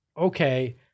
okay